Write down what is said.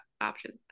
options